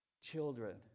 children